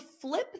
flip